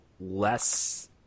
less